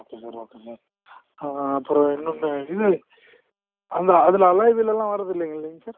okay sir okay sir அப்புறம் இன்னொன்று இது அந்த அதில் அலாய் வீல்லலாம் வருதில்லைங்க இல்லைங்க சார்